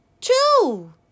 two